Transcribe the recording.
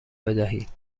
بدهید